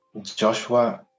Joshua